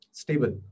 stable